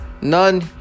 None